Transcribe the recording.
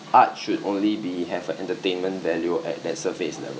art should only be have an entertainment value at that surface level